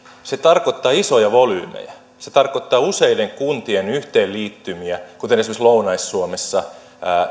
se tarkoittaa isoja volyymejä se tarkoittaa useiden kuntien yhteenliittymiä kuten esimerkiksi lounais suomessa